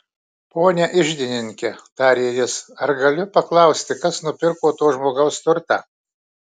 pone iždininke tarė jis ar galiu paklausti kas nupirko to žmogaus turtą